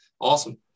awesome